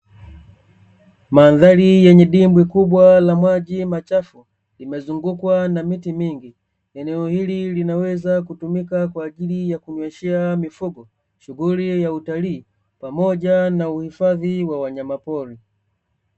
Mandhari yenye dimbwi kubwa la maji machafu limezungukwa na miti mingi. Eneo hili linaweza kutumika kwa ajili ya kunyweshea mifugo shughuli ya utalii pamoja na uhifadhi wa wanyama pori.